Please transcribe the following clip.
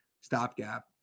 stopgap